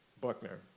Buckner